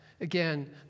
Again